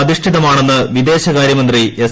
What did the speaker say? അധിഷ്ഠിതമാണെന്ന് വിദേശകാര്യമന്ത്രി എസ്